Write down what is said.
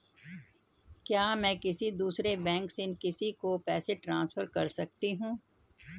क्या मैं किसी दूसरे बैंक से किसी को पैसे ट्रांसफर कर सकती हूँ?